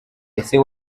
ese